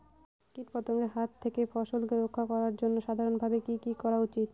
কীটপতঙ্গের হাত থেকে ফসলকে রক্ষা করার জন্য সাধারণভাবে কি কি করা উচিৎ?